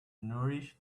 nourish